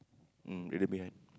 mm area behind